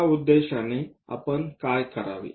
त्या उद्देशाने आपण काय करावे